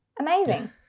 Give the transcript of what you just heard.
Amazing